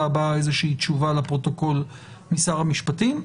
הבאה איזושהי תשובה לפרוטוקול משר המשפטים.